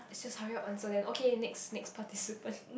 it's just hurry up answer then okay next next participant